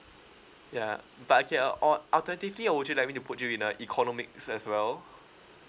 yeah but okay uh or alternatively uh would you like me to put you in uh economics as well